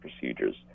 procedures